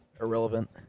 Irrelevant